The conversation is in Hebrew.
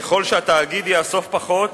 ככל שהתאגיד יאסוף פחות